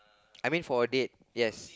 I mean for a date yes